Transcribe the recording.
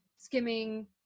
skimming